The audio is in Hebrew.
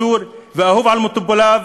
מסור ואהוב על מטופליו,